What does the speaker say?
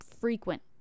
frequent